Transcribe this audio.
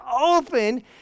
open